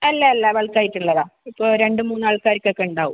അല്ല അല്ല ബൾക്ക് ആയിട്ട് ഉള്ളതാണ് ഇപ്പോൾ രണ്ട് മൂന്ന് ആൾക്കാർക്കൊക്കെ ഉണ്ടാകും